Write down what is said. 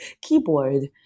keyboard